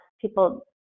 people